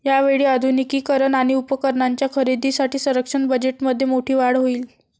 यावेळी आधुनिकीकरण आणि उपकरणांच्या खरेदीसाठी संरक्षण बजेटमध्ये मोठी वाढ होईल